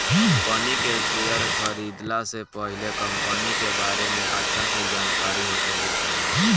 company के share खरीदला से पहिले कंपनी के बारे में अच्छा से जानकारी होखे के चाही